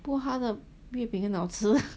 不过他的月饼很好吃